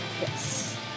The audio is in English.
Yes